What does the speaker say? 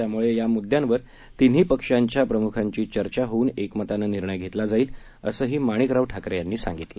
त्यामुळे या मुद्यांवर तिन्ही पक्षाच्या प्रमुखांची चर्चा होऊन एकमतानं निर्णय घेतला जाईल असंही माणिकराव ठाकरे यांनी सांगितलं